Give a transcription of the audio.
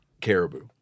caribou